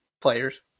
players